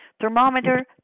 thermometer